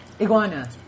iguana